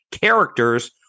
characters